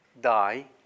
die